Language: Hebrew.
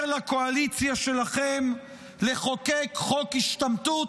לקואליציה שלכם לחוקק חוק השתמטות?